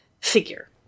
figure